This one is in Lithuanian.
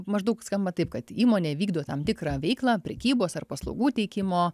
maždaug skamba taip kad įmonė vykdo tam tikrą veiklą prekybos ar paslaugų teikimo